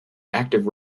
active